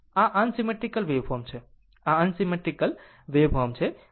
આ unsymmetrical waveform છે આ અનસીમેટ્રીકલ વેવફોર્મ છે